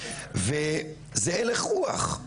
וזה הלך רוח.